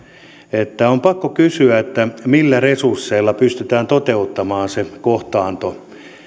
että on pakko kysyä millä resursseilla pystytään toteuttamaan se kohtaanto